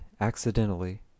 accidentally